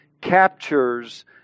captures